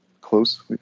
close